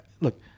look